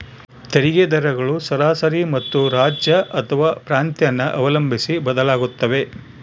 ತೆರಿಗೆ ದರಗಳು ಸರಾಸರಿ ಮತ್ತು ರಾಜ್ಯ ಅಥವಾ ಪ್ರಾಂತ್ಯನ ಅವಲಂಬಿಸಿ ಬದಲಾಗುತ್ತವೆ